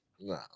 no